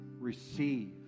receive